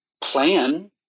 plan